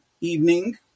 evening